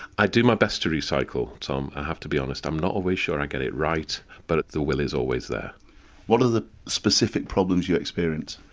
i do my best to recycle tom, i have to be honest, i'm not always sure i get it right but the will is always there what are the specific problems you experience?